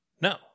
No